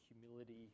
humility